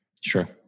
Sure